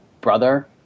brother